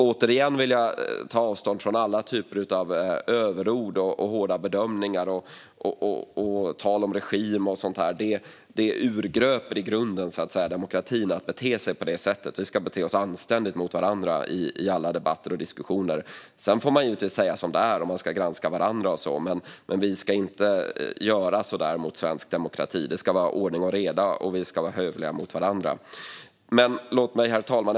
Jag vill åter ta avstånd från alla typer av överord, hårda bedömningar, tal om regim och sådant. Det urgröper i grunden demokratin att bete sig på detta sätt. Vi ska bete oss anständigt mot varandra i alla debatter och diskussioner. Vi får givetvis säga som det är och granska varandra, men vi ska inte göra så här mot svensk demokrati. Det ska vara ordning och reda, och vi ska vara hövliga mot varandra. Herr talman!